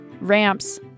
ramps